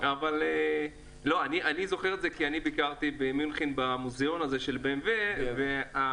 את זה כי ביקרתי במוזיאון של BMW במינכן